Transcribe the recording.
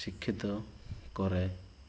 ଶିକ୍ଷିତ କରାଏ